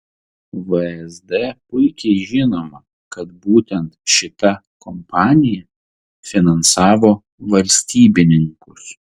vsd puikiai žinoma kad būtent šita kompanija finansavo valstybininkus